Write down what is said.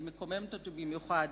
שמקוממת אותי במיוחד,